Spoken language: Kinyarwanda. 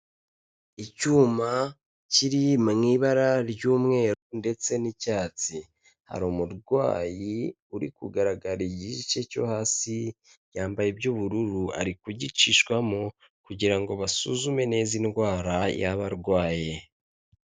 Icyuma kiri mu ibara ry'umweru ndetse n'icyatsi, hari umurwayi uri kugaragara igice cyo hasi yambaye iby'ubururu ari kugicishwamo kugira ngo basuzume neza indwara yaba arwaye.